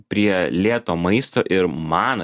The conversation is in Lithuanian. prie lėto maisto ir man